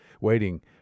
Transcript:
waiting